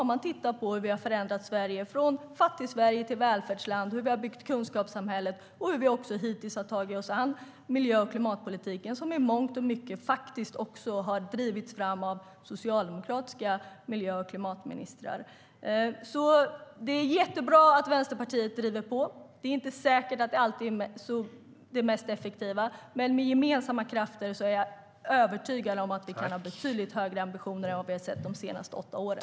Det handlar om hur vi har förändrat Sverige från Fattigsverige till välfärdsland, hur vi har byggt kunskapssamhället och hur vi hittills har tagit oss an miljö och klimatpolitiken, som i mångt och mycket har drivits fram av socialdemokratiska miljö och klimatministrar. Det är jättebra att Vänsterpartiet driver på. Det är inte säkert att dess metoder alltid är de effektivaste, men med gemensamma krafter är jag övertygad om att vi kan ha betydligt högre ambitioner än vad vi sett de senaste åtta åren.